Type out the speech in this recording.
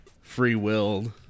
free-willed